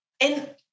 And-